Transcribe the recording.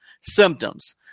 symptoms